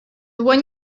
one